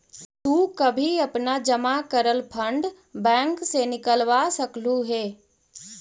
तु कभी अपना जमा करल फंड बैंक से निकलवा सकलू हे